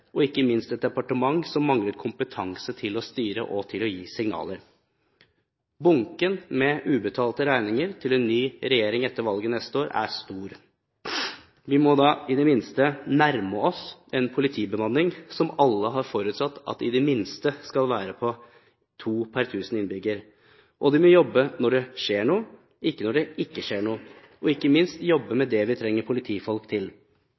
og ikke minst et departement som manglet kompetanse til å styre og gi signaler. Bunken med ubetalte regninger til en ny regjering etter valget neste år er stor. Vi må da i det minste nærme oss en politibemanning som alle har forutsatt at i det minste skal være på to politifolk per 1 000 innbyggere. De må jobbe når det skjer noe, ikke når det ikke skjer noe. Ikke minst må de jobbe med det vi trenger politifolk til,